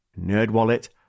NerdWallet